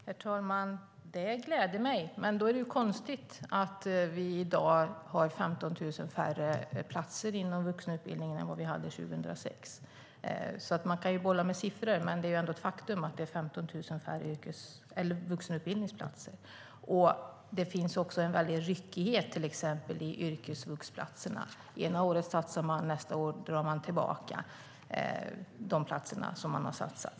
Herr talman! Det gläder mig. Men då är det konstigt att vi i dag har 15 000 färre platser inom vuxenutbildningen än vad vi hade 2006. Man kan bolla med siffror, men det är ändå ett faktum att det är 15 000 färre vuxenutbildningsplatser. Det finns också en väldig ryckighet, till exempel när det gäller yrkesvuxplatserna. Ena året satsar man. Nästa år drar man tillbaka de platser som man har satsat.